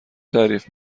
تعریف